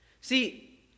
See